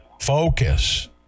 Focus